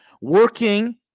working